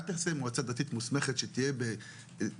אל תרצה מועצה דתית מסודרת שתהיה בסמכות